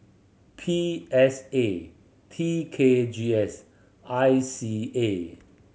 P S A T K G S I C A